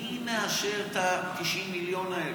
מי מאשר את ה-90 מיליון האלה?